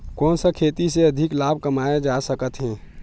कोन सा खेती से अधिक लाभ कमाय जा सकत हे?